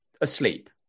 asleep